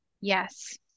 Yes